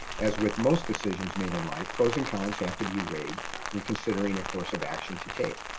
as with most decisions made in life, pros and cons have to be weighed when considering a course of action to take.